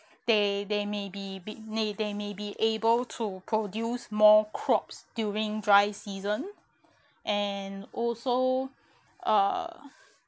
they they may be bit nay they may be able to produce more crops during dry season and also uh